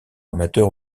amateur